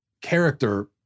character